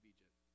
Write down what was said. Egypt